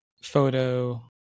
photo